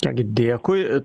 ką gi dėkui